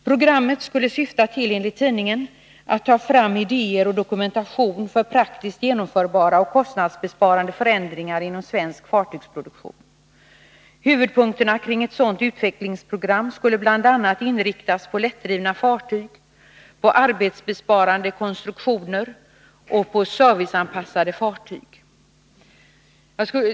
Programmet skulle, enligt tidningen, syfta till att idéer tas fram och dokumentationer redovisas när det gäller praktiskt genomförbara och kostnadsbesparande förändringar inom svensk fartygsproduktion. I fråga om huvudpunkterna i ett sådant utvecklingsprogram skulle man bl.a. inrikta sig på lättdrivna fartyg, arbetsbesparande konstruktioner och serviceanpassade fartyg.